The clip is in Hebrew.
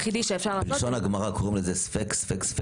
בלשון הגמרא קוראים לזה ספיק-ספיק-ספיקא.